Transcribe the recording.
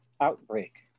outbreak